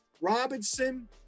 Robinson